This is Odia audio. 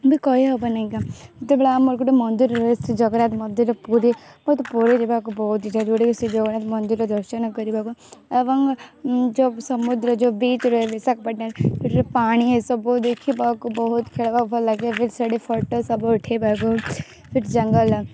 ବି କହି ହବ ନାହିଁ କା ଯେତେବେଳେ ଆମର୍ ଗୋଟେ ମନ୍ଦିର ରହିସି ଜଗନ୍ନାଥ ମନ୍ଦିର ପୁରୀ ପୁରୀ ଯିବାକୁ ବହୁତ ଇଚ୍ଛା ଯେଉଁଠିକି ଶ୍ରୀ ଜଗନ୍ନାଥ ମନ୍ଦିର ଦର୍ଶନ କରିବାକୁ ଏବଂ ଯୋ ସମୁଦ୍ର ଯୋ ବିଚ୍ ରହେଲି ବିଶାଖାପାଟଣା ରେ ସେଠାରେ ପାଣି ଏସବୁ ଦେଖିବାକୁ ବହୁତ ଖେଳବା ଭଲ୍ ଲାଗେ ଭି ସେଇଠି ଫଟୋ ସବୁ ଉଠାଇବାକୁ ସେଇଠି ଜଙ୍ଗଲ